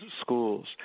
schools